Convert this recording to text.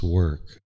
work